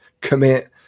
commit